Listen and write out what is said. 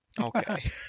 Okay